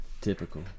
typical